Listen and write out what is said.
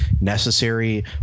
necessary